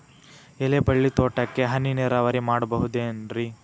ಎಲೆಬಳ್ಳಿ ತೋಟಕ್ಕೆ ಹನಿ ನೇರಾವರಿ ಮಾಡಬಹುದೇನ್ ರಿ?